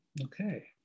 Okay